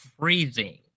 freezing